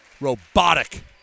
Robotic